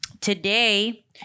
today